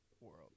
world